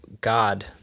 God